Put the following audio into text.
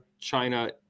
China